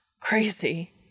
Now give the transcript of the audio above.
crazy